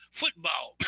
football